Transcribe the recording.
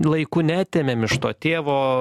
laiku neatėmėm iš to tėvo